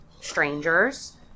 strangers